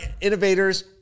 innovators